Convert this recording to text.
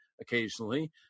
occasionally